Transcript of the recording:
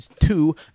Two